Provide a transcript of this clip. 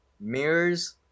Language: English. mirrors